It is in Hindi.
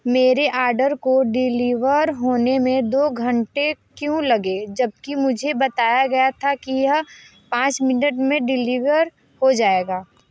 मेरे आडर को डिलीवर होने में दो घंटे क्यों लगे जबकि मुझे बताया गया था कि यह पाँच मिनट में डिलीवर हो जाएगा